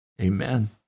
Amen